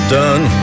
done